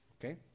Okay